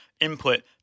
input